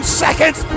seconds